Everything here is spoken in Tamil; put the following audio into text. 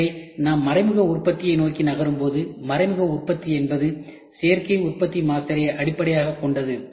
எனவே நாம் மறைமுக உற்பத்தியை நோக்கி நகரும்போது மறைமுக உற்பத்தி என்பது சேர்க்கை உற்பத்தி மாஸ்டரை அடிப்படையாகக் கொண்டது